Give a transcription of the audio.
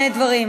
לדבר.